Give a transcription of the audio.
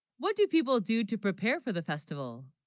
what do people do to prepare for the festival?